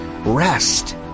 Rest